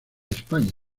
españa